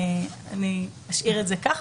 אני אשאיר את זה כך.